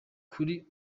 kuri